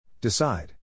Decide